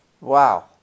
Wow